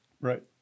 right